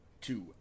Two